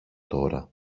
τώρα